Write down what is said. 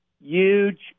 huge